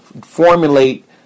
formulate